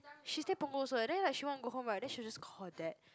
she stay Punggol also then like she wanna go home right then she will just call dad